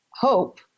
hope